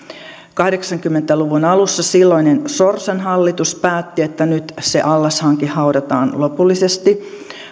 kahdeksankymmentä luvun alussa silloinen sorsan hallitus päätti että nyt se allashanke haudataan lopullisesti